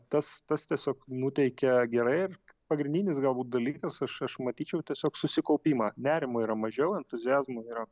tas tas tiesiog nuteikia gerai ir pagrindinis galbūt dalykas aš aš matyčiau tiesiog susikaupimą nerimo yra mažiau entuziazmo yra